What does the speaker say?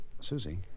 Susie